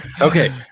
Okay